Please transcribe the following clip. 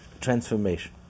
transformation